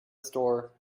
store